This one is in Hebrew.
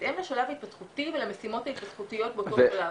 בהתאם לשלב ההתפתחותי ולמשימות ההתפתחותיות באותו שלב.